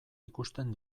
ikusten